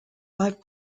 live